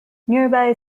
nearby